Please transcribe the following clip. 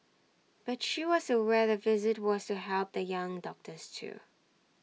but she was aware the visit was to help the young doctors too